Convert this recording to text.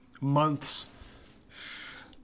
months